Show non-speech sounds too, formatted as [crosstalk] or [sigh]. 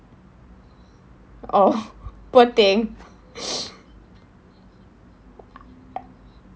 oh poor thing [laughs]